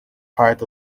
part